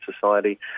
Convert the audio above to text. society